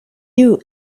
you